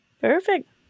Perfect